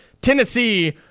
tennessee